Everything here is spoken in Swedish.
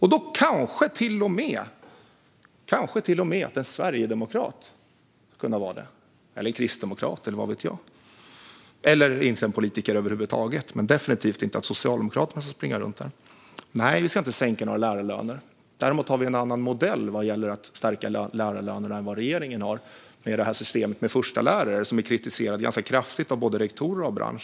Då kanske till och med en sverigedemokrat skulle kunna vara det - eller en kristdemokrat, vad vet jag - eller någon som inte är politiker över huvud taget. Definitivt ska inte Socialdemokraterna springa runt där. Nej, vi ska inte sänka några lärarlöner. Däremot har vi en annan modell vad gäller att stärka lärarlönerna än vad regeringen har med sitt system med förstelärare, som är ganska kraftigt kritiserat både av rektorer och av branschen.